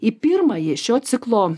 į pirmąjį šio ciklo